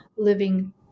living